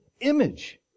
image